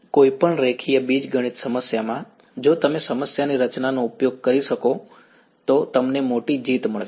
કોઈપણ રેખીય બીજગણિત સમસ્યામાં જો તમે સમસ્યાની રચનાનો ઉપયોગ કરી શકો તો તમને મોટી જીત મળશે